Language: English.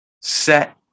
Set